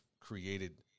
created